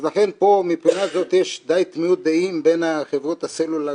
אז לכן פה מבחינה הזאת יש דיי תמימות דעים בין חברות הסלולר